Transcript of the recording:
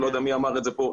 לא יודע מי אמר את זה פה,